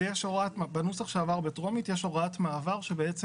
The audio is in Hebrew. בנוסח שעבר בטרומית יש הוראת מעבר שבעצם